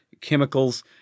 chemicals